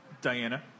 Diana